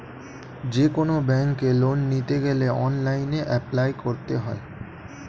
যেকোনো ব্যাঙ্কে লোন নিতে গেলে অনলাইনে অ্যাপ্লাই করতে হয়